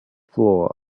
floor